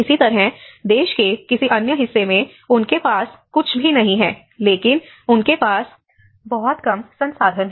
इसी तरह देश के किसी अन्य हिस्से में उनके पास कुछ भी नहीं है लेकिन उनके पास बहुत कम संसाधन हैं